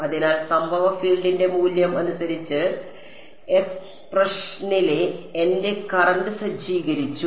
അതിനാൽ സംഭവ ഫീൽഡിന്റെ മൂല്യം അനുസരിച്ച് എക്സ്പ്രഷനിലെ എന്റെ കറന്റ് സജ്ജീകരിച്ചു